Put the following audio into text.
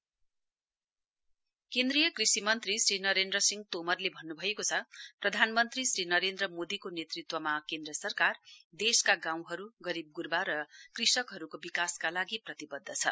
agriculture minister केन्द्रीय कृषि मन्त्री श्री नरेन्द्र सिंह तोमारले भन्नुभएको छ प्रधानमन्त्री श्री नरेन्द्र मोदीको नेतृत्त्वमा केन्द्र सरकार देशका गाउँहरू गरीबगुर्वा र कृषकहरूको विकासका लागि प्रतिबद्ध छ